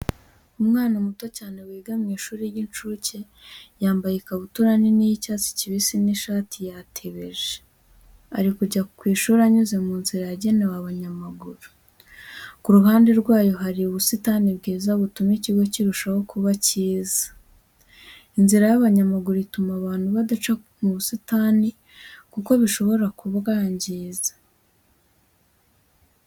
Umwana muto cyane wiga mu mashuri y'incuke yambaye ikabutura nini y'icyatsi kibisi n'ishati yatebeje, ari kujya kwiga anyuze mu nzira yegenewe abanyamaguru. Ku ruhande rwayo hari ubusitani bwiza butuma ikigo kirushaho kuba kiza. Inzira y'abanyamaguru ituma abantu badaca mu busitani kuko bishobora kubwangiza.